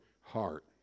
heart